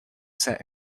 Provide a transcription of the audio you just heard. set